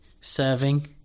serving